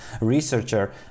researcher